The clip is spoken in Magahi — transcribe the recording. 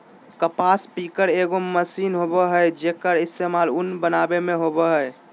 कपास पिकर एगो मशीन होबय हइ, जेक्कर इस्तेमाल उन बनावे में होबा हइ